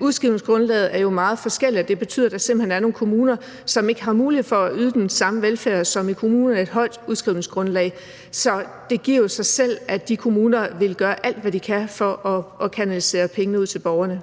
Udskrivningsgrundlaget er jo meget forskelligt, og det betyder, at der simpelt hen er nogle kommuner, der ikke har mulighed for at yde den samme velfærd som i kommuner med højt udskrivningsgrundlag. Så det giver jo sig selv, at de kommuner vil gøre alt, hvad de kan, for at kanalisere pengene ud til borgerne.